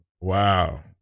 Wow